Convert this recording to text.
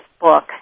book